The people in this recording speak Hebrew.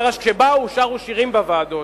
כשבאו, שרו שירים בוועדות,